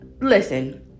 Listen